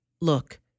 Look